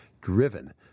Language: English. driven